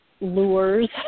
lures